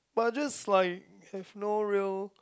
but I just like have no real